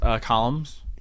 columns